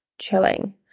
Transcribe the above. chilling